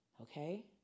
Okay